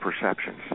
perceptions